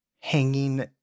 hanging